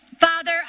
Father